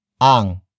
ang